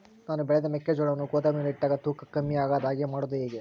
ನಾನು ಬೆಳೆದ ಮೆಕ್ಕಿಜೋಳವನ್ನು ಗೋದಾಮಿನಲ್ಲಿ ಇಟ್ಟಾಗ ತೂಕ ಕಮ್ಮಿ ಆಗದ ಹಾಗೆ ಮಾಡೋದು ಹೇಗೆ?